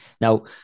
Now